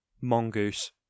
Mongoose